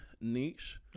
niche